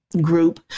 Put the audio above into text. Group